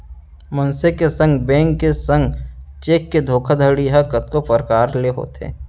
मनसे के संग, बेंक के संग चेक के धोखाघड़ी ह कतको परकार ले होथे